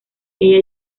ella